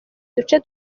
duce